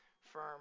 firm